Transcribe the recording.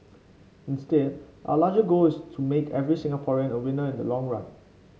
instead our larger goal is to make every Singaporean a winner in the long run